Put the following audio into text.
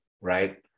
right